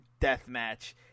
deathmatch